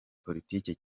politiki